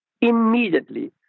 immediately